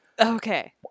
Okay